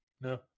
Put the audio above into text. No